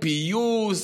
פיוס,